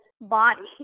body